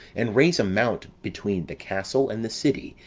and raise a mount between the castle and the city,